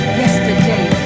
yesterday